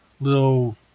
little